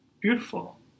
Beautiful